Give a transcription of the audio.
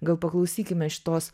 gal paklausykime šitos